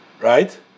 right